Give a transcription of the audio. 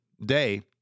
day